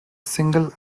single